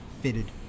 fitted